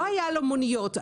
לא היו לו מוניות.